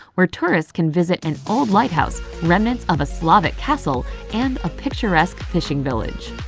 where tourists can visit an old lighthouse, remnants of a slavic castle and a picturesque fishing village.